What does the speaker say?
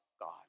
God